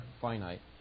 finite